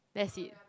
that's it